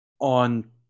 on